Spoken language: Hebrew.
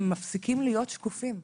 הם מפסיקים להיות שקופים,